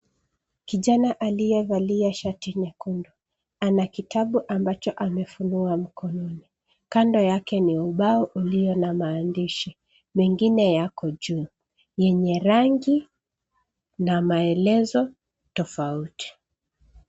Kijana aliyevalia shati nyekundu. Ana kitabu ambacho amefunua mkononi. Kando yake ni ubao ulio na maandishi. Mengine yako juu yenye rangi na maelezo tofauti.